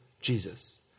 Jesus